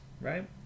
right